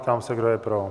Ptám se, kdo je pro?